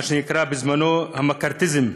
מה שנקרא בזמנו המקארתיזם,